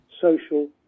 social